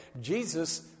Jesus